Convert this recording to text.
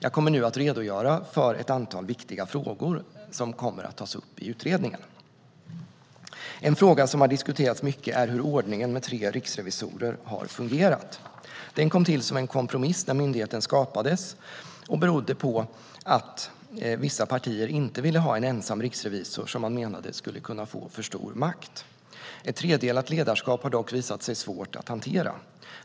Jag kommer nu att redogöra för ett antal viktiga frågor som kommer att tas upp i utredningen. En fråga som har diskuterats mycket är hur ordningen med tre riksrevisorer har fungerat. Den kom till som en kompromiss när myndigheten skapades och berodde på att vissa partier inte ville ha en ensam riksrevisor som man menade skulle kunna få för stor makt. Ett tredelat ledarskap har dock visat sig svårt att hantera.